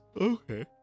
Okay